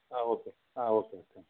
okay okay